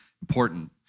important